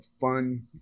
fun